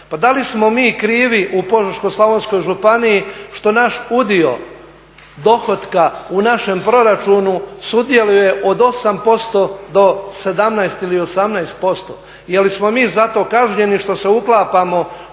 Pa da li smo mi krivi u Požeško-slavonskoj županiji što naš udio dohotka u našem proračunu sudjeluje od 8% do 17 ili 18%? Jel smo mi zato kažnjeni što se uklapamo